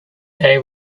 they